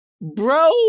bro